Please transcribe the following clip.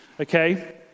Okay